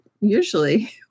usually